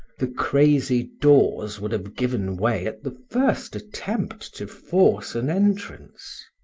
the crazy doors would have given way at the first attempt to force an entrance.